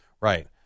Right